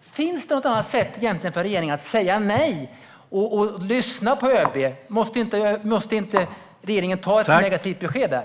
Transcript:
Finns det egentligen något annat för regeringen att göra än att lyssna på ÖB och säga nej? Måste inte regeringen lämna ett negativt besked där?